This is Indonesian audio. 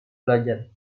belajar